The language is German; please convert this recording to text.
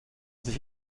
sich